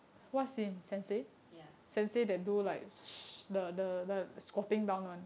ya